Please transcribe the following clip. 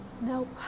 Nope